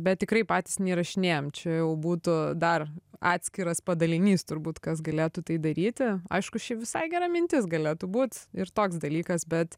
bet tikrai patys neįrašinėjam čia jau būtų dar atskiras padalinys turbūt kas galėtų tai daryti aišku šiaip visai gera mintis galėtų būt ir toks dalykas bet